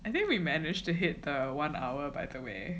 I think we managed to hit the one hour by the way